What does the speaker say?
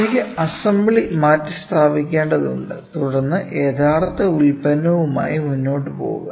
എനിക്ക് അസംബ്ലി മാറ്റിസ്ഥാപിക്കേണ്ടതുണ്ട് തുടർന്ന് യഥാർത്ഥ ഉൽപ്പന്നവുമായി മുന്നോട്ട് പോകുക